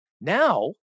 Now